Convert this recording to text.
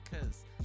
cause